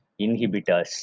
inhibitors